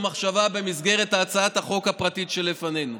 מחשבה במסגרת הצעת החוק הפרטית שלפנינו.